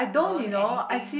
don't anything